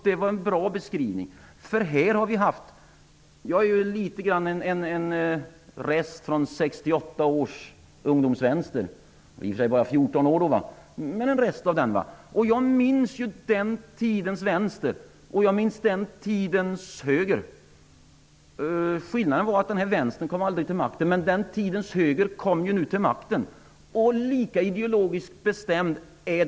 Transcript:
Det var en bra beskrivning. Jag är något av en rest från 1968 års ungdomsvänster -- i och för sig var jag bara 14 år då, men ändå. Jag minns ju den tidens vänster och den tidens höger. Skillnaden var att den tidens vänster aldrig kom till makten medan den tidens höger gjorde det. Och den är lika ideologiskt bestämd.